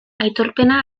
aitorpena